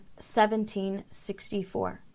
1764